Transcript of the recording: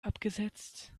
abgesetzt